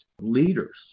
leaders